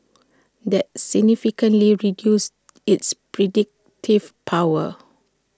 that significantly reduces its predictive power